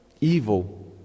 evil